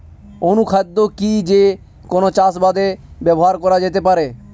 অনুখাদ্য কি যে কোন চাষাবাদে ব্যবহার করা যেতে পারে?